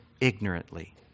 ignorantly